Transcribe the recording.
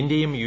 ഇന്ത്യയും യു